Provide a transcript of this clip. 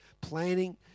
planning